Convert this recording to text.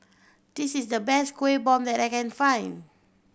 this is the best Kuih Bom that I can find